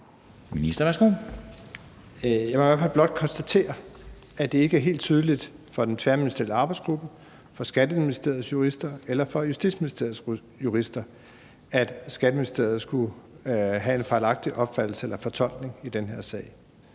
Jeg må i hvert fald blot konstatere, at det ikke er helt tydeligt for den tværministerielle arbejdsgruppe, for Skatteministeriets jurister eller for Justitsministeriets jurister, at Skatteministeriet skulle have foretaget en fejlagtig fortolkning i den her sag.